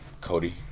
Cody